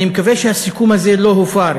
אני מקווה שהסיכום הזה לא הופר,